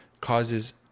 causes